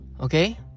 okay